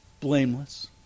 blameless